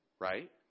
right